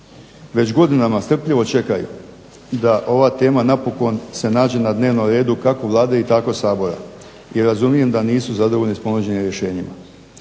već godinama strpljivo čekaju da ova tema napokon se nađe na dnevnom redu kako Vlade tako i Sabora. I razumijem da nisu zadovoljni s ponuđenim rješenjima.